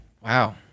wow